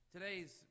Today's